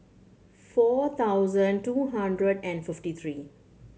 four thousand two hundred and fifty three